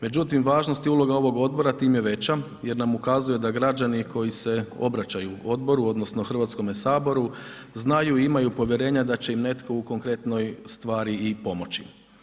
Međutim, važnost i uloga ovog odbora tim je veća jer nam ukazuje da građani koji se obraćaju odboru odnosno Hrvatskome saboru, znaju i imaju povjerenja da će im netko u konkretnoj stvari i pomoći.